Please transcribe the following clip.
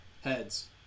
heads